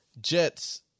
Jets